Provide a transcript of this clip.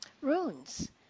Runes